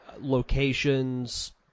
locations